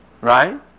right